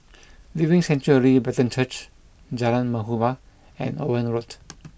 Living Sanctuary Brethren Church Jalan Muhibbah and Owen Road